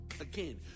Again